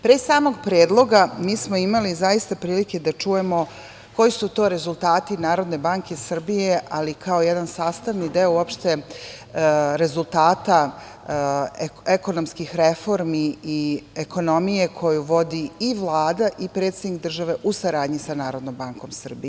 Pre samog predloga mi smo imali, zaista prilike da čujemo koji su to rezultati Narodne banke Srbije, ali kao jedan sastavni deo uopšte rezultata ekonomskih reformi i ekonomije koju vodi i Vlada i predsednik države u saradnji sa NBS.